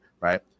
right